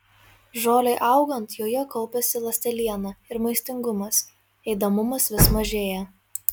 žolei augant joje kaupiasi ląsteliena ir maistingumas ėdamumas vis mažėja